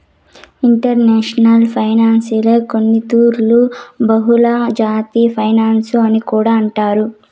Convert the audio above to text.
international ఫైనాన్సునే కొన్నితూర్లు బహుళజాతి ఫినన్సు అని కూడా అంటారు